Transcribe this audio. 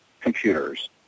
computers